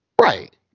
Right